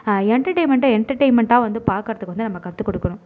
என்டர்டைன்மெண்ட்ட என்டர்டைன்மெண்ட்டா வந்து பார்க்கறதுக்கு வந்து நம்ம கற்றுக்கொடுக்கணும்